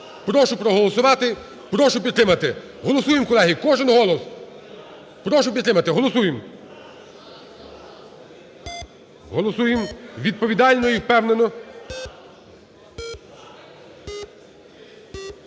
Прошу проголосувати. Прошу підтримати. Голосуємо, колеги, кожен голос. Прошу підтримати. Голосуємо. Голосуємо відповідально і впевнено.